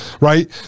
Right